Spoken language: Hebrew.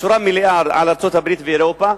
בצורה מלאה על ארצות-הברית ואירופה